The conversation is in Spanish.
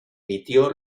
emitió